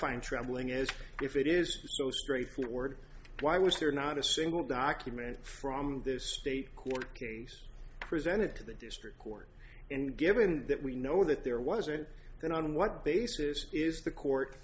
find troubling is if it is so straightforward why was there not a single document from this state court case presented to the district court and given that we know that there wasn't going on what basis is the court